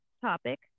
topic